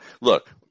Look